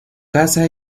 casa